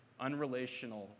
unrelational